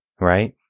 right